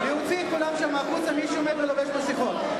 להוציא את כולם החוצה, מי שעומד ולובש מסכות.